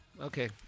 Okay